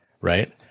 right